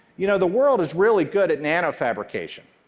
you know, the world is really good at nano-fabrication.